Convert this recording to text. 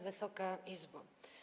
Wysoka Izbo!